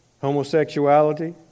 homosexuality